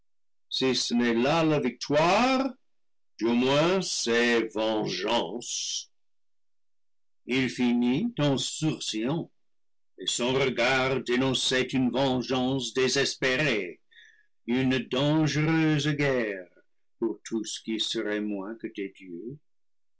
la victoire du moins c'est vengeance il finit en sourcillant et son regard dénonçait une vengeance désespérée une dangereuse guerre pour tout ce qui serait moins que des dieux